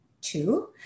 Two